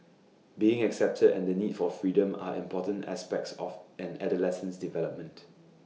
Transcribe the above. being accepted and the need for freedom are important aspects of an adolescent's development